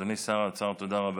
אדוני שר האוצר, תודה רבה.